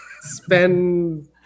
spend